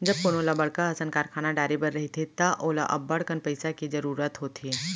जब कोनो ल बड़का असन कारखाना डारे बर रहिथे त ओला अब्बड़कन पइसा के जरूरत होथे